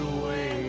away